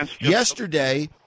yesterday